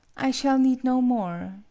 i shall need no more.